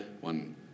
one